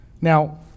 Now